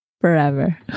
Forever